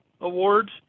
awards